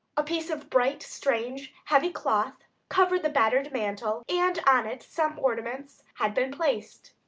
a piece of bright, strange, heavy cloth covered the battered mantel, and on it some ornaments had been placed.